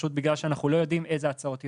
פשוט בגלל שאנחנו לא יודעים איזה הצעות יבואו.